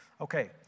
Okay